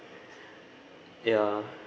ya